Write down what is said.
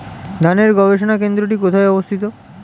ধানের গবষণা কেন্দ্রটি কোথায় অবস্থিত?